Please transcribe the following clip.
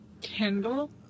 kendall